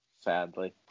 Sadly